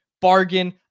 bargain